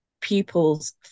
pupils